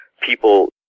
people